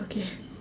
okay